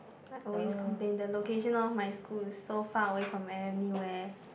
I always complain the location of my school is so far away from anywhere